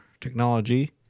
technology